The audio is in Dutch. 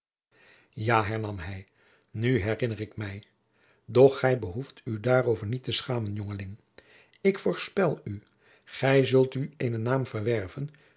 hij nu herinner ik mij doch gij behoeft u daarover niet te schamen jongeling ik voorspel u gij zult u eenen naam verwerven